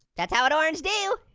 that's how an orange do.